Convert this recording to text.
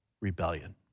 rebellion